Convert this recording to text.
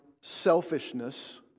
selfishness